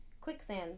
quicksand